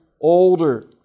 older